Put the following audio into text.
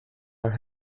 are